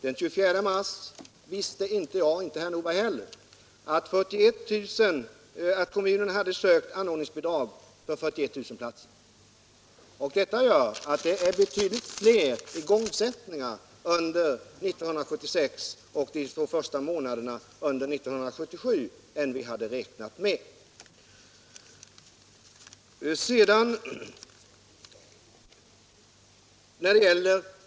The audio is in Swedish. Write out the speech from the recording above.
Den 24 mars visste inte jag, och inte heller herr Nordberg, att kommunerna hade sökt anordningsbidrag för 41 000 platser. Igångsättningarna under 1976 och de två första månaderna 1977 är alltså betydligt fler än vi hade räknat med.